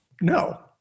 no